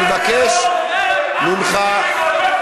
אבקש שתיתנו לו לסיים.